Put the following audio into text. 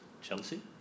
Chelsea